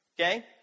Okay